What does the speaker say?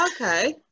Okay